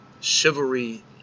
chivalry